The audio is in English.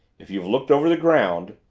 if you've looked over the ground,